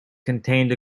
contained